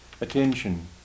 attention